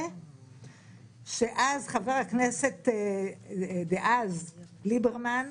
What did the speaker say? כמה מחברי הכנסת "הנורבגים".